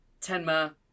Tenma